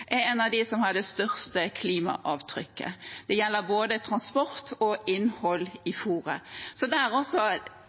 er noe av det som har det største klimaavtrykket. Det gjelder både transport og innhold i fôret. Så der også